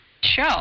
show